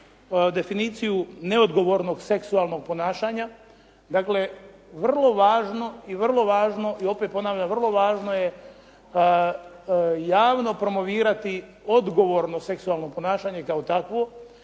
definiciju neodgovornog seksualnog ponašanja, dakle vrlo važno i vrlo važno, i opet ponavljam vrlo važno je javno promovirati odgovorno seksualno ponašanje kao takvo